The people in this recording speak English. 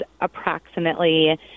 approximately